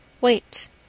Wait